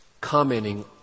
commenting